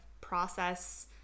process